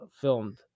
filmed